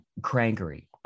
crankery